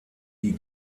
die